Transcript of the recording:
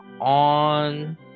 on